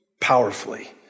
powerfully